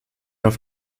auf